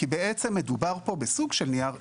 כי מדובר פה בעצם בסוג של נייר ערך.